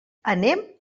anem